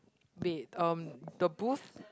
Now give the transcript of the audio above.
wait um the booth